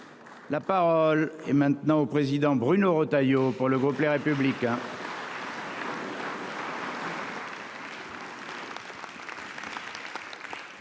La parole est maintenant au président Bruno Retailleau. Pour le groupe Les Républicains.